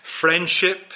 friendship